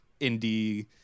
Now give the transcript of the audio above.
indie